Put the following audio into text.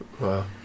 Wow